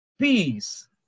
peace